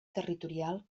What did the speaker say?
territorial